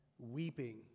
weeping